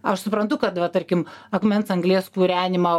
aš suprantu kad va tarkim akmens anglies kūrenimą